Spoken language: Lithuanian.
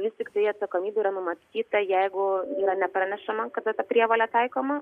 vis tiktai atsakomybė yra numatyta jeigu yra nepranešama kada ta prievolė taikoma